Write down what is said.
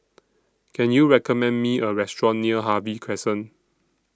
Can YOU recommend Me A Restaurant near Harvey Crescent